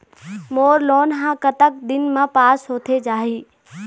मोर loan हा कतक दिन मा पास होथे जाही?